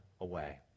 away